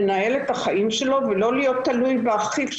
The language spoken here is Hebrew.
לנהל את החיים שלו ולא להיות תלוי באחיו,